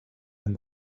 and